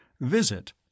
visit